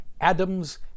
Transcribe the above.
Adams